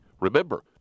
Remember